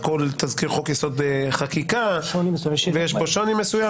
בכל תזכיר חוק-יסוד: חקיקה ויש בו שוני מסוים,